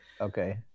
Okay